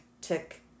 tick